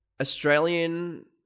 Australian